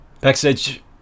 Backstage